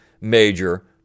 major